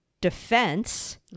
defense